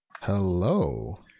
Hello